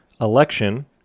election